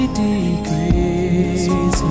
degrees